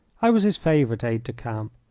i was his favourite aide-de-camp.